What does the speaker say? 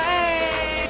Hey